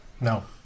No